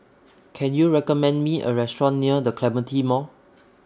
Can YOU recommend Me A Restaurant near The Clementi Mall